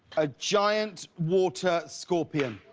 a giant water scorpion.